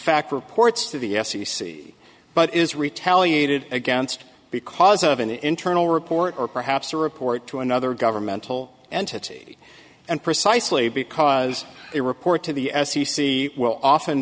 fact reports to the f c c but is retaliated against because of an internal report or perhaps a report to another governmental entity and precisely because a report to the f c c will often